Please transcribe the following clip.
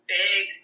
big